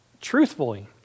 Truthfully